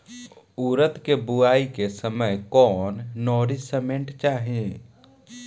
उरद के बुआई के समय कौन नौरिश्मेंट चाही?